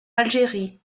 algérie